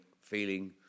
feeling